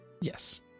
Yes